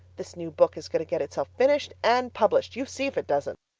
this new book is going to get itself finished and published! you see if it doesn't.